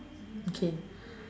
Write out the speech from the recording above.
okay